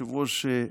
היושב-ראש,